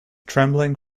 trembling